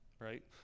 right